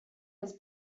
his